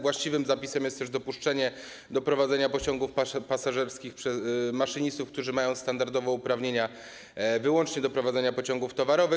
Właściwym zapisem jest też dopuszczenie do prowadzenia pociągów pasażerskich przez maszynistów, którzy mają standardowe uprawnienia wyłącznie do prowadzenia pociągów towarowych.